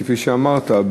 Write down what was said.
כפי שאמרת,